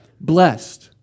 blessed